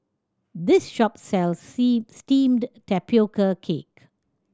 this shop sells steamed tapioca cake